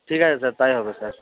ঠিক আছে স্যার তাই হবে স্যার